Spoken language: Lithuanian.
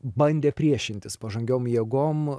bandė priešintis pažangiam jėgom